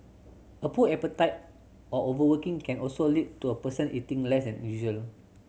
a poor appetite or overworking can also lead to a person eating less than usual